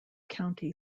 county